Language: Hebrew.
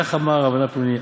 כך אמר רבנא פלוני,